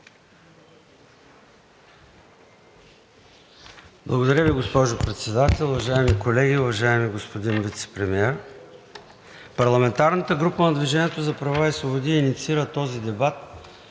Благодаря Ви, госпожо Председател. Уважаеми колеги, уважаеми господин Вицепремиер! Парламентарната група на „Движение за права и свободи“ инициира този дебат